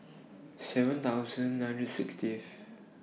seven thousand nine sixty